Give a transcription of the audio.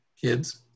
kids